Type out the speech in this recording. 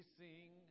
sing